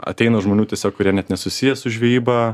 ateina žmonių tiesiog kurie net nesusiję su žvejyba